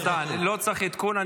תודה, אני לא צריך עדכון.